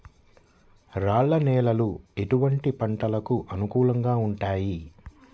రాళ్ల నేలలు ఎటువంటి పంటలకు అనుకూలంగా ఉంటాయి?